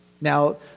Now